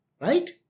right